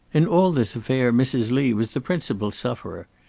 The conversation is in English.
in all this affair mrs. lee was the principal sufferer.